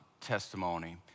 testimony